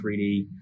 3D